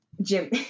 Jim